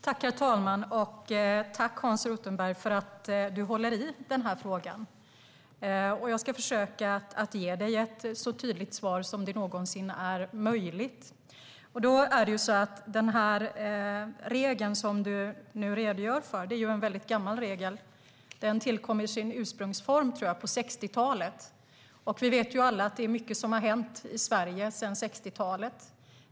Herr talman! Jag tackar dig, Hans Rothenberg, för att du håller i denna fråga. Jag ska försöka att ge dig ett så tydligt svar som det någonsin är möjligt att ge. Den regel som du nu redogör för är en mycket gammal regel. Den tillkom i sin ursprungsform på 60-talet, tror jag. Vi vet alla att det är mycket som har hänt i Sverige sedan 60-talet.